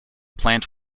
plant